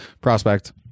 prospect